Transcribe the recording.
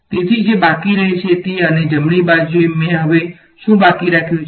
તેથી જે બાકી રહીશ તે અને જમણી બાજુએ મેં હવે શું બાકી રાખ્યું છે